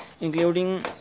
including